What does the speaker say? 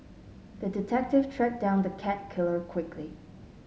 the detective tracked down the cat killer quickly